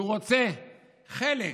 הוא רוצה חלק,